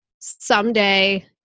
someday